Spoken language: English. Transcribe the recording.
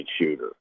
shooter